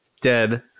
Dead